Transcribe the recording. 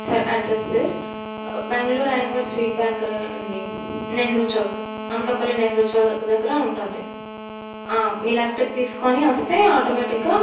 sir address sir Bangalore Iyengar sweet bakery అండి నెహ్రూచౌక్ అనకాపల్లి నెహ్రోచౌక్ దగ్గర ఉంటుంది మీ లెఫ్ట్కు తీసుకోని వస్తే ఆటోమేటిక్గా